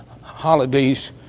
holidays